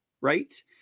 right